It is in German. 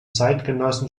zeitgenossen